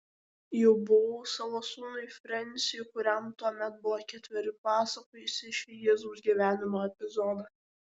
jau buvau savo sūnui frensiui kuriam tuomet buvo ketveri pasakojusi šį jėzaus gyvenimo epizodą